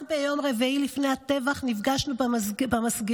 רק ביום רביעי לפני הטבח נפגשנו במסגרייה.